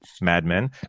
madmen